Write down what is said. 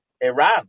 Iran